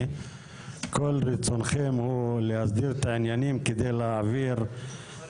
הוא הואשם בטרור ואתם מדברים על סוגיית להט"ב.